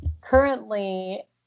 Currently